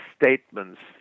statements